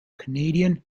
canadian